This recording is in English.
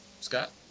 Scott